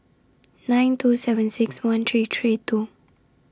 nine two seven six one three three two